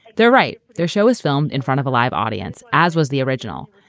they're right. their show is filmed in front of a live audience as was the original.